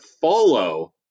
follow